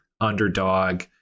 underdog